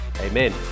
Amen